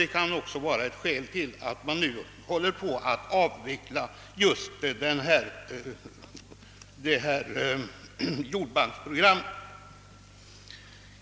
Det kan också vara ett skäl till att man nu håller på att avveckla just detta jordbanksprogram.